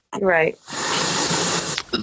right